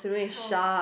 help